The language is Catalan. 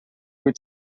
vuit